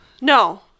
no